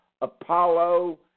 Apollo